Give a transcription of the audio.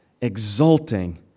exulting